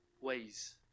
ways